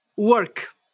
work